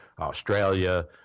Australia